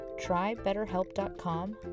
trybetterhelp.com